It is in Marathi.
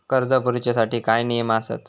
कर्ज भरूच्या साठी काय नियम आसत?